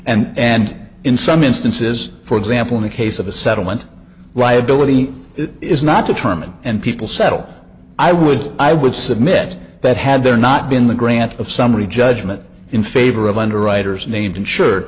and and in some instances for example in the case of a settlement liability it is not determined and people settle i would i would submit that had there not been the grant of summary judgment in favor of underwriters named insure